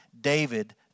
David